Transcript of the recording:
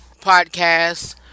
podcast